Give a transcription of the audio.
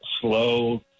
slow